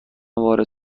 وارد